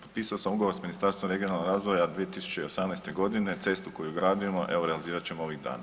Potpisao sam ugovor Ministarstvom regionalnog razvoja 2018.g. cestu koju gradimo evo realizirat ćemo ovih dana.